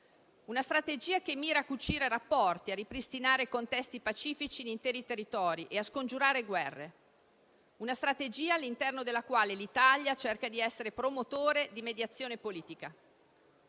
una strategia che mira a cucire rapporti, a ripristinare contesti pacifici in interi territori e a scongiurare guerre; una strategia all'interno della quale l'Italia cerca di essere promotore di mediazione politica.